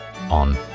on